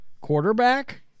quarterback